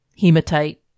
hematite